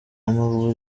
amavuriro